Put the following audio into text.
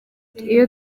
iyo